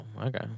okay